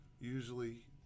usually